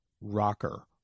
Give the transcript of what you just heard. rocker